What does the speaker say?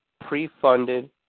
pre-funded